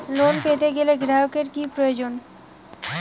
Loan পেতে গেলে গ্রাহকের কি প্রয়োজন?